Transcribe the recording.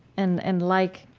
and and like